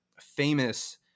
famous